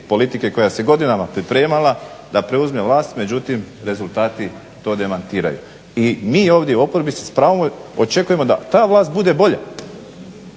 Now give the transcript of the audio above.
politike koja se godinama pripremala da preuzme vlast, međutim rezultati to demantiraju. I mi ovdje u oporbi s pravom očekujemo da ta vlast bude bolja